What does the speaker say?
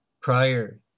prior